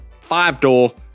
five-door